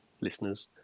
listeners